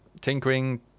tinkering